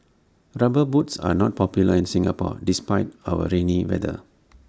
rubber boots are not popular in Singapore despite our rainy weather